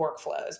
workflows